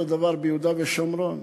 אותו דבר ביהודה ושומרון.